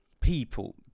people